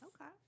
Okay